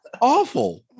awful